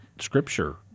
Scripture